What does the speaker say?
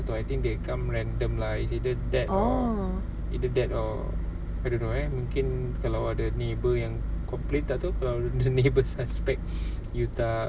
orh